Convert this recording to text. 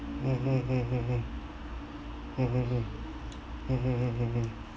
mm mmhmm mmhmm mmhmm